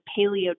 paleo